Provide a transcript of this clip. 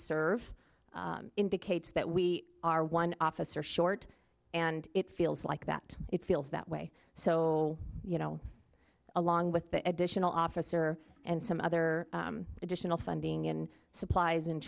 serve indicates that we are one officer short and it feels like that it feels that way so you know along with the additional officer and some other additional funding and supplies and